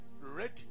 ready